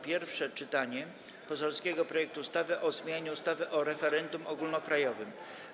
Pierwsze czytanie poselskiego projektu ustawy o zmianie ustawy o referendum ogólnokrajowym.